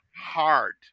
hard